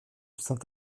saint